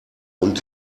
und